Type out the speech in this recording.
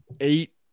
Eight